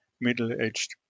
middle-aged